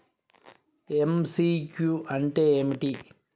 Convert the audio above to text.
MCQ అంటే ఏమిటి?